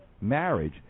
marriage